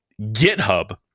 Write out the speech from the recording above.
github